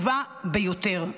וחשובה ביותר.